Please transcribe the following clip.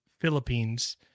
Philippines